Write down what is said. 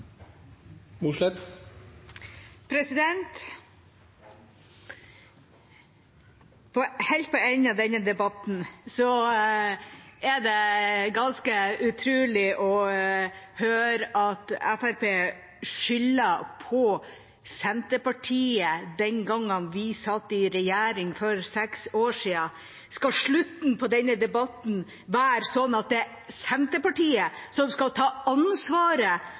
Mossleth har hatt ordet to ganger tidligere og får ordet til en kort merknad, begrenset til 1 minutt. Helt på enden av denne debatten er det ganske utrolig å høre at Fremskrittspartiet skylder på Senterpartiet og den gangen vi satt i regjering, for seks år siden. Skal slutten av denne debatten være slik at det er